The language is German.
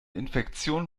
infektion